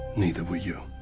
neither were you.